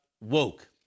woke